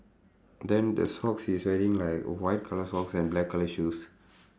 then the socks he's wearing like white colour socks and black colour shoes